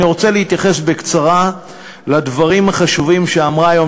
אני רוצה להתייחס בקצרה לדברים החשובים שאמרה היום